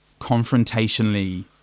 confrontationally